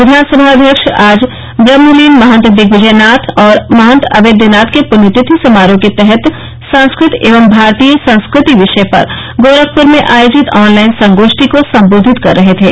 विधानसभा अध्यक्ष आज ब्रहमलीन महंत दिग्विजयनाथ और महंत अवेद्यनाथ के पृण्यतिथि समारोह के तहत संस्कृत एवं भारतीय संस्कृति विषय पर गोरखप्र में आयोजित ऑनलाइन संगोष्ठी को सम्बोधित कर रहे थे